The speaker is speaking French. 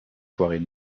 soirées